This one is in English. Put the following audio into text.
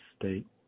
state